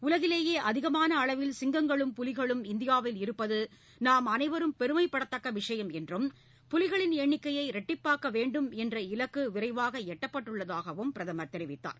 உலகிலேயே அதிகமான அளவில் சிங்கங்களும் புலிகளும் இந்தியாவில் இருப்பது நாம்அனைவரும் பெருமைப்படத்தக்க விஷயம் என்றும் புலிகளின் எண்ணிக்கையை இரட்டிப்பாக்க இலக்கு விரைவாக வேண்டும் என்ற தெரிவித்தார்